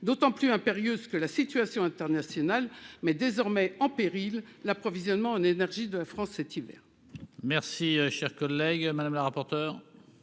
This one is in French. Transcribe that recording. d'autant plus impérieuse que la situation internationale met désormais en péril l'approvisionnement en énergie de la France pour cet hiver.